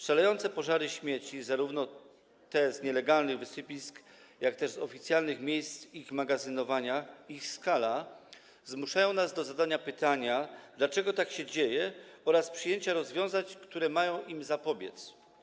Szalejące pożary śmieci, zarówno tych z nielegalnych wysypisk, jak też z oficjalnych miejsc ich magazynowania, i ich skala zmuszają nas do zadania pytania, dlaczego tak się dzieje, oraz przyjęcia rozwiązań, które mają im zapobiec.